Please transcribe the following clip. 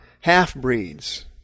half-breeds